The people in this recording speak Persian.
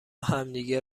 همدیگه